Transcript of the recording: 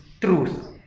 truth